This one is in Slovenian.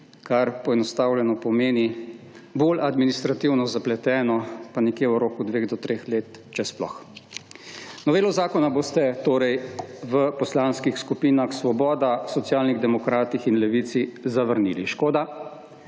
kar poenostavljeno pomeni bolj administrativno, zapleteno, pa nekje v roku dveh do treh let, če sploh. Novelo zakona boste torej v poslanskih skupinah Svoboda, Socialnih demokratih in Levici zavrnili. Škoda.